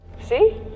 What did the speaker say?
see